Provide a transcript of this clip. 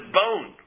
bone